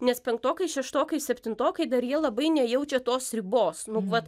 nes penktokai šeštokai septintokai dar jie labai nejaučia tos ribos nu vat